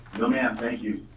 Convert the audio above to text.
no, ma'am, thank you.